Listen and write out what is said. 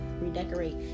Redecorate